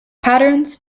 patterns